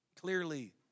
Clearly